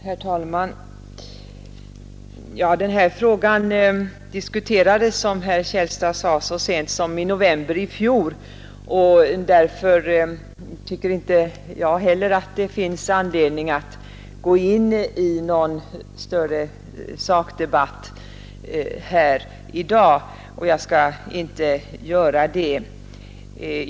Herr talman! Denna fråga diskuterades så sent som i november i fjol, och därför tycker jag inte att det finns anledning att gå in i någon större sakdebatt här i dag, och jag skall inte göra det.